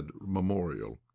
memorial